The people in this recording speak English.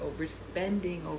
overspending